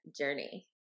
journey